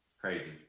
Crazy